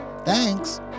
Thanks